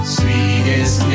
sweetest